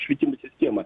švietimo sistemą